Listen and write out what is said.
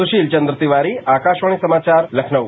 सुशील चन्द्र तिवारी आकाशवाणी समाचार लखनऊ